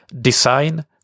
design